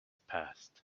passed